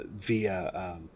via